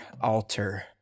altar